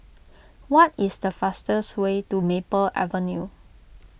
what is the fastest way to Maple Avenue